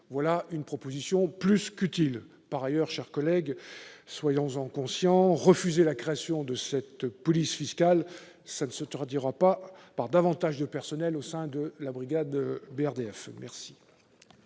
Voilà une proposition plus qu'utile ! Par ailleurs, mes chers collègues, soyons-en conscients : refuser la création de cette police fiscale ne se traduira pas par davantage de personnel au sein de la BNRDF. Quel